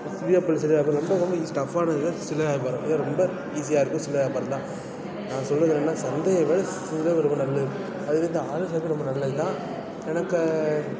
அது ரொம்ப ரொம்ப டஃப்பானது வந்து அந்த சில்லறை வியாபாரம் இதே ரொம்ப ஈஸியாக இருக்குது சில்லறை வியாபாரம் தான் நான் சொல்கிறது என்னென்னா சந்தையை விட சில்லறை வியாபாரம் ரொம்ப நல்லது அதிலையும் இந்த ஆடர் செய்கிறது ரொம்ப நல்லது தான் எனக்கு